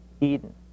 Eden